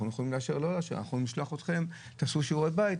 אנחנו נתבקשנו להחליט לגבי גריעת שמונה